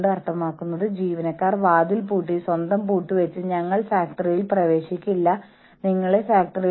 ഒരു സ്ഥാപനം ജീവനക്കാരുടെ ക്ഷേമം നോക്കുകയാണെങ്കിൽ എനിക്കറിയാം ഞാൻ ഇത് സ്വയം ആവർത്തിക്കുകയാണ്